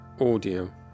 audio